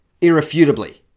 irrefutably